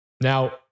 Now